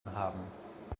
haben